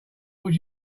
would